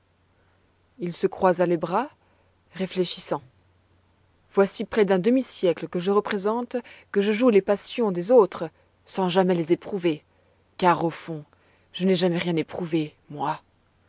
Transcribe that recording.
il se croisa les bras réfléchissant voici près d'un demi-siècle que je représente que je joue les passions des autres sans jamais les éprouver car au fond je n'ai jamais rien éprouvé moi